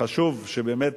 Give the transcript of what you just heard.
וחשוב שבאמת